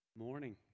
morning